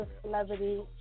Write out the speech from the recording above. celebrity